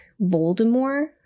Voldemort